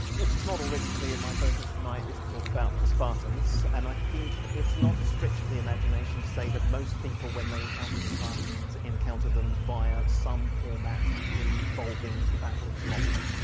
if it's not already clear, my focus tonight is to talk about the spartans and i think it's not a stretch of the imagination to say that most people when they encounter the spartans, encounter them via some format involving the battle of thermopylae.